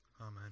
Amen